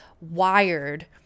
wired